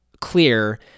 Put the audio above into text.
clear